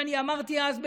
ואני אמרתי אז,